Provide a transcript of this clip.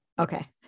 Okay